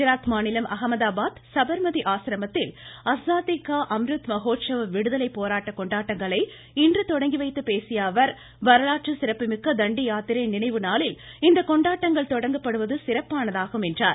குஜராத் மாநிலம் அகமதாபாத் சபா்மதி ஆசிரமத்தில் ஆஸாதி கா அம்ருத் மஹோட்சவ் விடுதலை போராட்ட கொண்டாட்டங்களை இன்று தொடங்கிவைத்து பேசிய அவர் வரலாற்று சிறப்பு மிக்க தண்டி யாத்திரை நினைவு நாளில் இந்த கொண்டாட்டங்கள் தொடங்கப்படுவது சிறப்பானதாகும் என்றார்